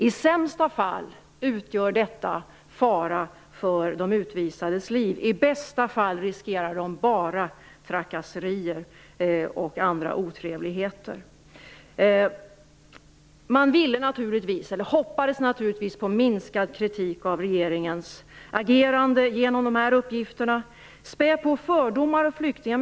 I sämsta fall utgör detta en fara för de utvisades liv. I bästa fall riskerar de "bara" trakasserier och andra otrevligheter. Man hoppades naturligtvis på minskad kritik mot regeringens agerande genom att komma med de här uppgifterna och spä på fördomar mot flyktingar.